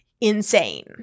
insane